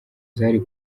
zari